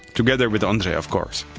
together with ondrej of course.